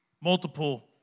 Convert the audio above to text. multiple